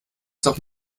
doch